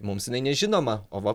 mums jinai nežinoma o va